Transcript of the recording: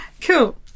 Cool